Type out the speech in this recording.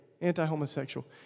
anti-homosexual